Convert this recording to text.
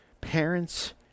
parents